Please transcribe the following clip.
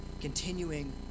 Continuing